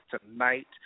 tonight